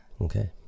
Okay